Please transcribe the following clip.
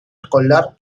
escolar